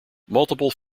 multiple